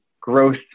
growth